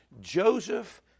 Joseph